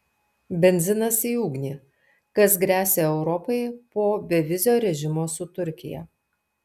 benzinas į ugnį kas gresia europai po bevizio režimo su turkija